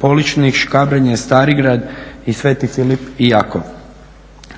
Poličnik, Škabrnja, Starigrad i Sveti Filip i Jakov.